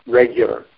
regular